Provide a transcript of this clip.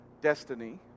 destiny